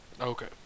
Okay